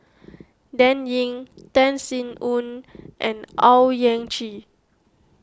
Dan Ying Tan Sin Aun and Owyang Chi